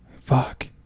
Fuck